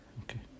okay